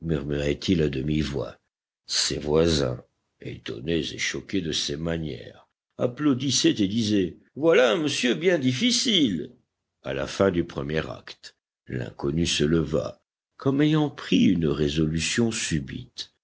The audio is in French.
murmurait-il à demi-voix ses voisins étonnés et choqués de ses manières applaudissaient et disaient voilà un monsieur bien difficile à la fin du premier acte l'inconnu se leva comme ayant pris une résolution subite